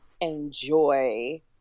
enjoy